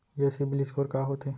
ये सिबील स्कोर का होथे?